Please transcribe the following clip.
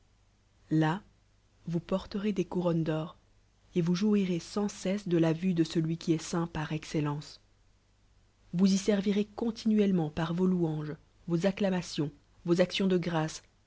là vous porterez des couronnes d'or et vous jouirez sans cesse de la vue de celui qui est saint par excelleuec vous y servirez continuelleutenl par vos louannes vos da analions vos actions de gdces